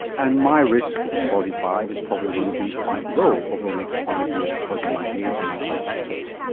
and my risk at forty five is probably going to be quite low over the next five years because of my age and my other factors.